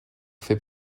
fait